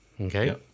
okay